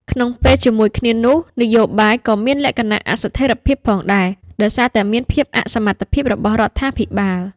ក្នុងពេលជាមួយគ្នានោះ នយោបាយក៏មានលក្ខណៈអស្ថិរភាពផងដែរ ដោយសារតែភាពអសមត្ថភាពរបស់រដ្ឋាភិបាល។